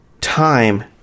time